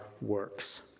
works